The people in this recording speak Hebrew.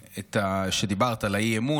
כשדיברת על האי-אמון,